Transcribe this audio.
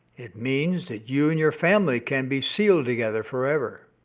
it means that you and your family can be sealed together forever!